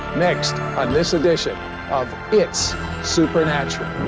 next on this edition of it's supernatural!